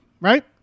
right